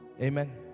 Amen